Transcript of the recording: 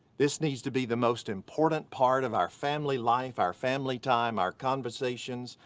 this needs to be the most important part of our family life, our family time, our conversations,